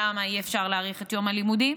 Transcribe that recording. למה אי-אפשר להאריך את יום הלימודים?